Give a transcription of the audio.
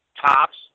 tops